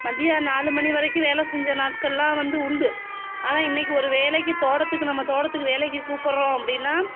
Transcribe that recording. மதியம் நாலு மணி வரைக்கும் வேலை செஞ்ச நாட்கள்லான் வந்து உண்டு ஆனால் இன்னைக்கு ஒரு வேலைக்கு தோட்டத்துக்கு நம்ம தோட்டத்துக்கு வேலைக்கு கூப்பிட்றோம் அப்படினா